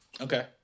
Okay